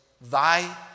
thy